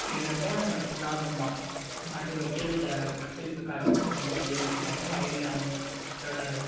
அப்டிங்கிறப்போ லாபம் தான் மாட்டுக்கு வைக்கலு த வைக்கலுக்கு காசு சொந்தமாக வயல் வச்சுருக்கவங்க வயலில் அவங்களோட